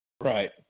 Right